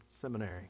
Seminary